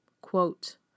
Quote